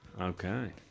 Okay